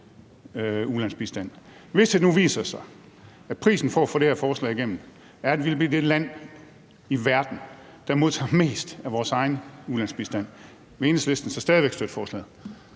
ulandsbistand. Hvis det nu viser sig, at prisen for at få det her forslag igennem er, at vi bliver det land i verden, der modtager mest af vores egen ulandsbistand, vil Enhedslisten så stadig væk støtte forslaget?